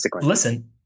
Listen